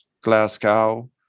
Glasgow